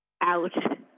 out